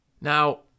Now